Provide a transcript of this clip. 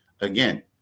again